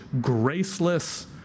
graceless